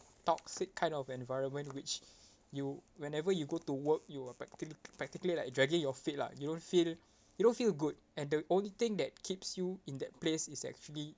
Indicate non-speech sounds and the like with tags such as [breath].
toxic kind of environment which [breath] you whenever you go to work you are practical~ practically like dragging your feet lah you don't feel you don't feel good and the only thing that keeps you in that place is actually